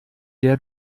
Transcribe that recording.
der